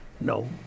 No